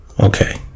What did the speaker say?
Okay